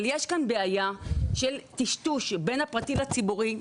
יש כאן בעיה של טשטוש בין הפרטי לציבורי,